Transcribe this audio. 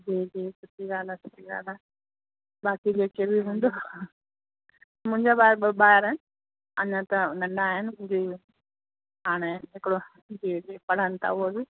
जी जी सुठी ॻाल्हि आहे सुठी ॻाल्हि आहे बाक़ी जेके बि हूंदो मुंहिंजा ॿार ॿ ॿार आहिनि अञा त नंढा आहिनि जी हाणे हिकिड़ो जी जी पढ़ण था उहो बि